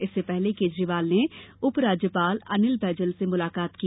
इससे पहले केजरीवाल ने उपराज्यपाल अनिल बैजल सें मुलाकात की